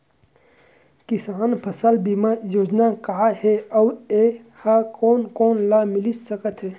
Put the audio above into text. किसान फसल बीमा योजना का हे अऊ ए हा कोन कोन ला मिलिस सकत हे?